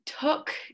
took